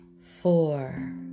Four